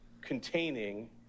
containing